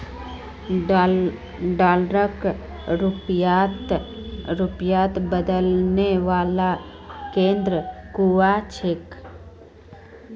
डॉलरक रुपयात बदलने वाला केंद्र कुहाँ छेक